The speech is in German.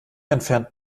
entfernt